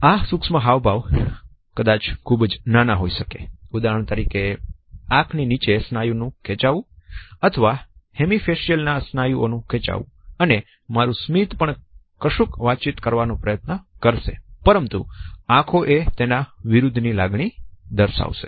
આ સૂક્ષ્મ હાવભાવ કદાચ ખૂબ જ નાના હોઈ શકે ઉદાહરણ તરીકે આંખની નીચે સ્નાયુ નું ખેંચાવું અથવા હેમી ફેસીઅલ ના સ્નાયુ નું ખેંચાવું અને મારું સ્મિત પણ કશુંક વાતચીત કરવાનો પ્રયત્ન કરશે પરંતુ આંખો તેના વિરુદ્ધ લાગણી દર્શાવશે